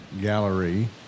gallery